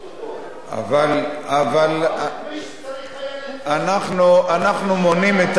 אבל את מי שהיה צריך לתפוס לפני חצי שנה שם,